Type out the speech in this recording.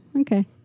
okay